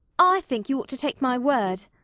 i think you ought to take my word.